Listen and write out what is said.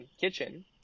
kitchen